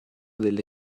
delle